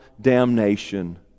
damnation